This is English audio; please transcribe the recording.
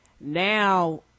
now